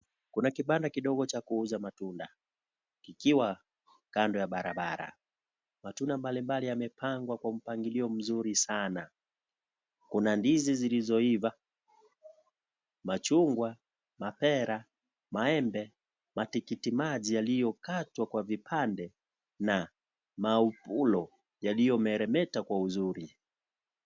Kuna kibanda kidogo cha kuuza matunda kikiwa kando ya barabara . Matunda mbalimbali yamepangwa kwa mpangilio mzuri sana. Kuna ndizi zilizoiva, machungwa, mapera, maembe, matikitimaji yaliyokatwaa kwa vipande na maupuro yaliyomeremeta kwa uzuri.